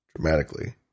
dramatically